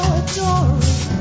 adoring